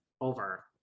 over